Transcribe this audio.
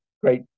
great